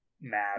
mad